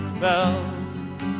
bells